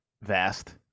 vast